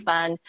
Fun